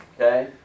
Okay